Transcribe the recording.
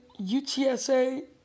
UTSA